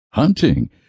Hunting